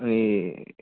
ए